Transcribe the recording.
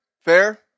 Fair